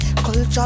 Culture